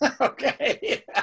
okay